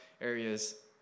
areas